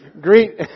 Greet